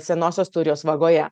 senosios turijos vagoje